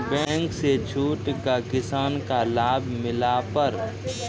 Bank से छूट का किसान का लाभ मिला पर?